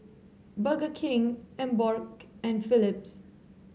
Burger King Emborg and Philips